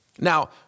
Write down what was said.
Now